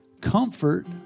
Comfort